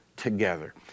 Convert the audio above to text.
together